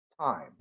time